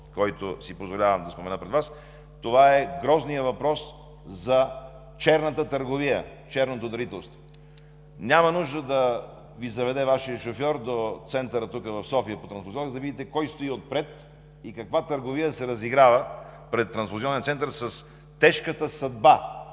който си позволявам да спомена пред Вас – това е грозният въпрос за черната търговия, черното дарителство. Няма нужда да Ви заведе Вашият шофьор в Центъра по трансфузионна хематология в София, за да видите кой стои отпред и каква търговия се разиграва пред Трансфузионния център с тежката съдба